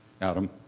Adam